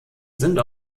sind